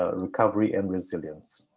ah recovery and resilience.